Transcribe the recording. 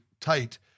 tight